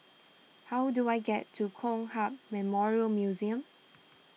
how do I get to Kong Hiap Memorial Museum